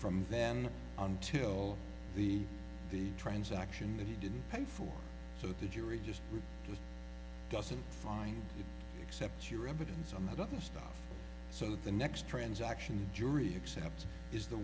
from then until the the transaction that he didn't pay for so the jury just doesn't find except your evidence on that other stuff so that the next transaction the jury accept is the